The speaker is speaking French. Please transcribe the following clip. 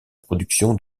production